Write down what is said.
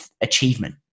achievement